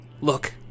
Look